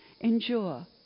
endure